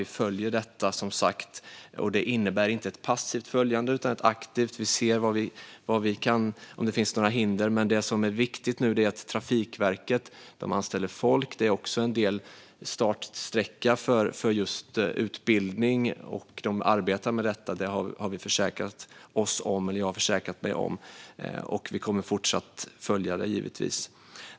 Vi följer, som sagt, detta. Det innebär inte ett passivt följande utan ett aktivt. Vi ser om det finns några hinder. Men det som nu är viktigt är att Trafikverket anställer folk. Det är också en startsträcka för just utbildning, och de arbetar med detta. Det har jag försäkrat mig om. Och vi kommer givetvis att fortsatt följa detta.